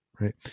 right